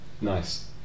nice